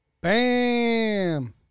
Bam